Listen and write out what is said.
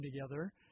together